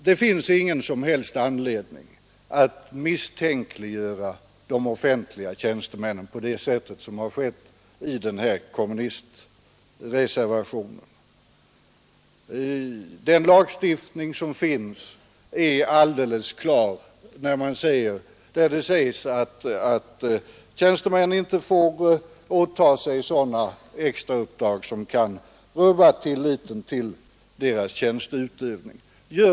Det finns ingen som helst anledning att misstänkliggöra de offentliga tjänstemännen på det sätt som indirekt har skett i kommunisternas reservation. Lagstiftningen på den här punkten är alldeles klar; det sägs att tjänstemän inte får åta sig sådana extra uppdrag som kan rubba tilliten till deras tjänsteutövning.